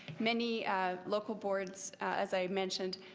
many local boards, as i mentioned,